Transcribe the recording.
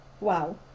Wow